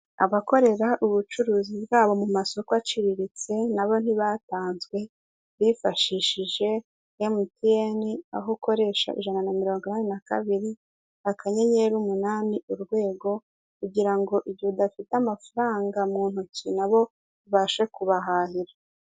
Abakorera ubucuruzi bwabo mu masoko aciriritse na bo ntibatanzwe bifashishije emutiyene, aho ukoresha ijana na mirongo inani na kabiri akanyenyeri umunani urwego kugira ngo igihe udafite amafaranga mu ntoki na bo ubashe kubahahira.